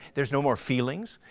there's no more feelings.